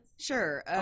Sure